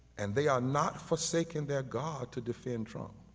and they are not forsaken their god to defend trump,